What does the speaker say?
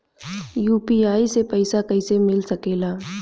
UPI से पइसा कईसे मिल सके ला?